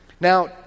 Now